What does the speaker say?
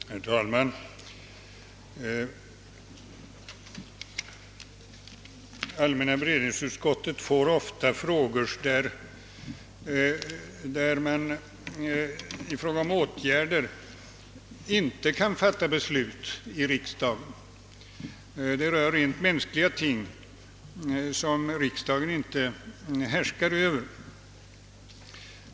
Herr talman! Allmänna beredningsutskottet får ofta frågor där man beträffande åtgärder inte kan fatta beslut i riksdagen. Det rör rent mänskliga ting, som riksdagen inte härskar över.